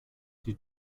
die